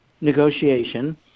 negotiation